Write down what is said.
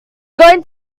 going